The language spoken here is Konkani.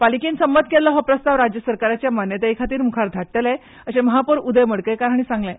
पालीकेन संमत केल्लो हो प्रस्ताव राज्य सरकाराच्या मान्यताये खातीर मुखार धाडटले अशें महापौर उदय मडकयकार हांणी सांगलें